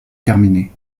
terminée